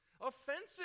offensive